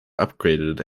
upgraded